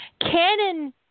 Canon